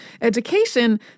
education